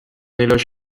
éloge